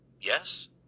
Yes